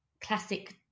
classic